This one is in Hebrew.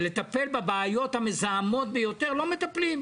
ולטפל בבעיות המזהמות ביותר לא מטפלים.